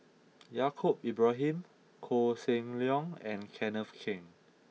Yaacob Ibrahim Koh Seng Leong and Kenneth Keng